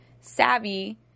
Savvy